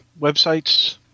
websites